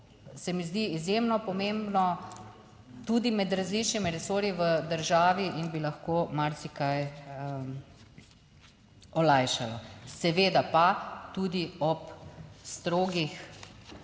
se mi zdi izjemno pomembno tudi med različnimi resorji v državi in bi lahko marsikaj olajšalo, seveda pa tudi ob strogih